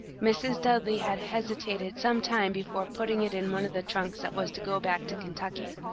mrs. dudley had hesitated some time before putting it in one of the trunks that was to go back to kentucky.